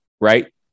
right